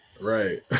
Right